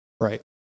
Right